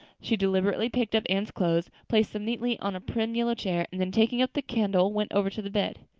she deliberately picked up anne's clothes, placed them neatly on a prim yellow chair, and then, taking up the candle, went over to the bed.